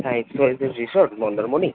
হ্যাঁ XYZ resort Mandarmani